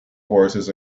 horses